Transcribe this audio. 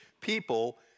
people